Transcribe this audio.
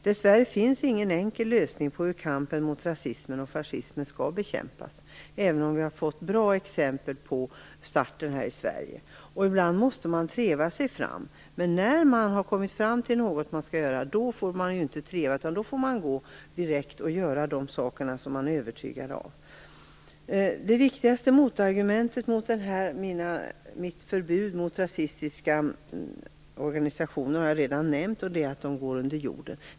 Dessvärre finns det ingen enkel lösning på hur rasismen och fascismen bekämpas, även om vi har fått bra exempel på starter här i Sverige. Ibland måste man treva sig fram. Men när man har kommit fram till att något skall göras får man inte treva. Då får man direkt gå och göra de saker som man är övertygad om. Det viktigaste motargumentet mot det här med mitt förbud mot rasisitiska organisationer har jag redan nämnt. Det är att de går under jorden.